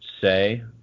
say